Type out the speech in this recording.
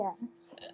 Yes